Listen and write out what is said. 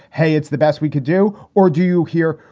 hey, it's the best we could do. or do you hear?